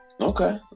Okay